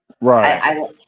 Right